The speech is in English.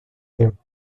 him